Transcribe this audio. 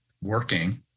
working